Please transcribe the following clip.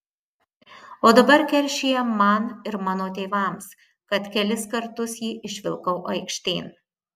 o dabar keršija man ir mano tėvams kad kelis kartus jį išvilkau aikštėn